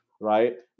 Right